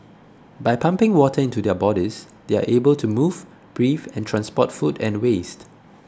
by pumping water into their bodies they are able to move breathe and transport food and waste